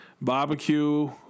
barbecue